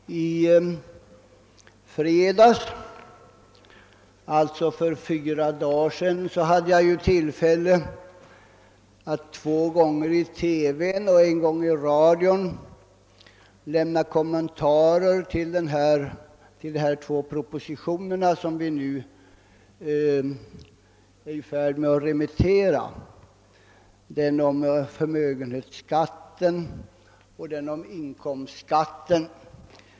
Herr talman! I fredags, alltså för fyra dagar sedan, hade jag tillfälle att två gånger i TV och en gång i radio lämna kommentarer till de två propositioner om förmögenhetsskatt och inkomstskatt som vi nu skall remittera.